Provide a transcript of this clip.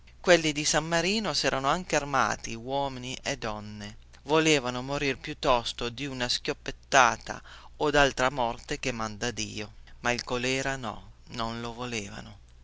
quelli di san martino serano anche armati uomini e donne volevano morir piuttosto di una schioppettata o daltra morte che manda dio ma il colèra no non lo volevano